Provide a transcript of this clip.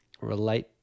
relate